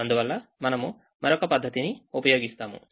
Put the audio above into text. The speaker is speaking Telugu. అందువల్ల మనము మరొక పద్ధతిని ఉపయోగిస్తాము